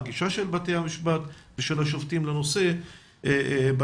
הגישה של בתי המשפט ושל השופטים לנושא בתחום.